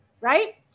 right